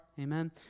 Amen